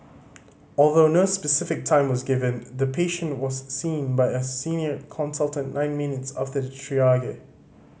although no specific time was given the patient was seen by a senior consultant nine minutes after the triage